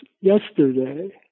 yesterday